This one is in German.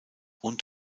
und